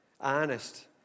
Honest